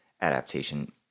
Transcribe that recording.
adaptation